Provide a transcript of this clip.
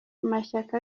amashyaka